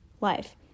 life